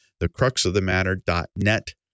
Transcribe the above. thecruxofthematter.net